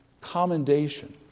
commendation